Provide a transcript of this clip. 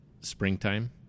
springtime